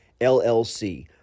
LLC